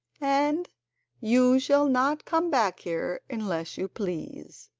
and you shall not come back here unless you please.